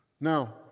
Now